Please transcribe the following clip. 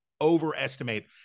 overestimate